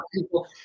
people